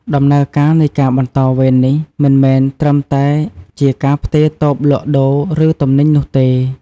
ដំណើរការនៃការបន្តវេននេះមិនមែនត្រឹមតែជាការផ្ទេរតូបលក់ដូរ ឬទំនិញនោះទេ។